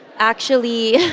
actually.